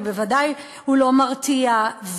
ובוודאי הוא לא מרתיע,